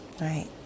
right